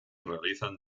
realizan